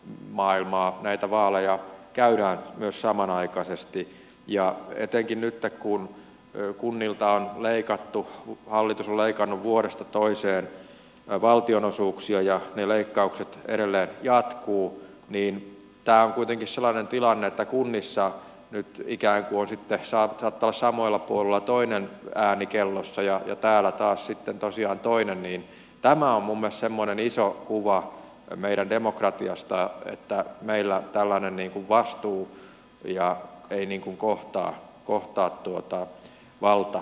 maailmaa näitä vaaleja käydään myös samanaikaisesti ja etenkin että kun eu kunnilta on leikattu hallitus on leikannut vuodesta toiseen on valtionosuuksia ja leikkaukset edelleen jatkuu niin että on kuitenkin sellainen tilanne että kunnissa on nyt ikää kun sitä saatetaan samalla kuulla toinen ääni kellossa ja joka aloittaa sitten tosiaan toinen niin tämä aamumme semmoinen iso kuva meidän demokratiasta että meillä tällainen nippu vastuu ja viini kun kohtaa kohtaa tuottaa valta